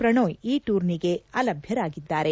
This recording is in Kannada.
ಪ್ರಣೋಯ್ ಈ ಟೂರ್ನಿಗೆ ಅಲಭ್ಯರಾಗಿದ್ದಾರೆ